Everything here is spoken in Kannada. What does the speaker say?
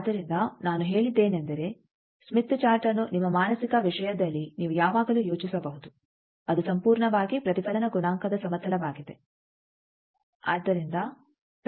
ಆದ್ದರಿಂದ ನಾನು ಹೇಳಿದ್ದೇನೆಂದರೆ ಸ್ಮಿತ್ ಚಾರ್ಟ್ಅನ್ನು ನಿಮ್ಮ ಮಾನಸಿಕ ವಿಷಯದಲ್ಲಿ ನೀವು ಯಾವಾಗಲೂ ಯೋಚಿಸಬಹುದು ಅದು ಸಂಪೂರ್ಣವಾಗಿ ಪ್ರತಿಫಲನ ಗುಣಾಂಕದ ಸಮತಲವಾಗಿದೆ